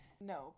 no